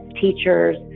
teachers